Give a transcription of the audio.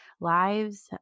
lives